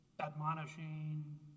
admonishing